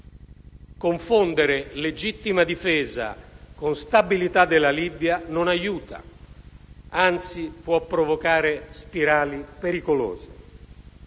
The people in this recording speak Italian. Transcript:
Confondere legittima difesa con stabilità della Libia non aiuta; anzi, può provocare spirali pericolose.